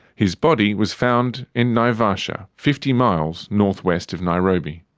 his body was found in naivasha, fifty miles north-west of nairobi.